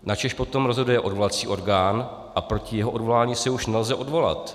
Načež potom rozhoduje odvolací orgán a proti jeho odvolání se už nelze odvolat.